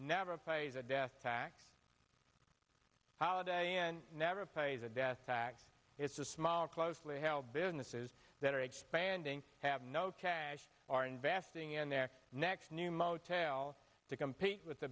never pays a death tax holiday and never pays a death tax it's a small closely held businesses that are expanding have no cash are investing in their next new motel to compete with the